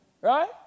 right